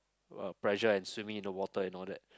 uh pressure and swimming in the water and all that